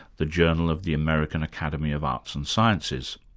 the journal of the american academy of arts and sciences.